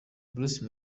bruce